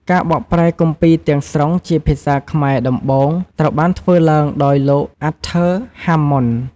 ការបកប្រែគម្ពីរទាំងស្រុងជាភាសាខ្មែរដំបូង ត្រូវបានធ្វើឡើងដោយ លោក អាតធើរ ហាមម៉ុន។